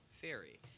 theory